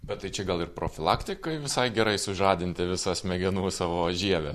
bet tai čia gal ir profilaktikai visai gerai sužadinti visą smegenų savo žievę